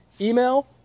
Email